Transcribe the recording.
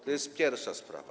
To jest pierwsza sprawa.